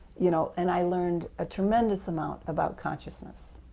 you know and i learned a tremendous amount about consciousness,